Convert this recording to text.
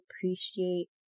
appreciate